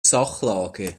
sachlage